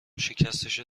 شکستشو